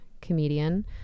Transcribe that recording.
comedian